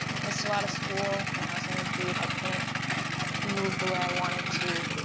missed a lot of school. when i was in a boot, i couldn't move the way i wanted to.